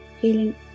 feeling